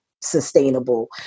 sustainable